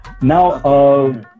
Now